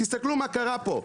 תסתכלו מה קרה פה,